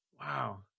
Wow